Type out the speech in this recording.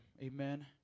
Amen